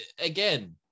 again